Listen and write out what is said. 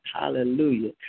hallelujah